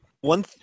One